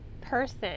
person